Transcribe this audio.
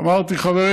אמרתי: חברים,